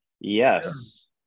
yes